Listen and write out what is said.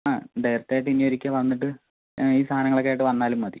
ആ ഡയറക്റ്റായിട്ട് ഇങ്ങ ഒരിക്കൽ വന്നിട്ട് ഈ സാധനങ്ങളൊക്കെയായിട്ട് വന്നാലും മതി